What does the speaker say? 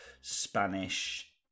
spanish